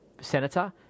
senator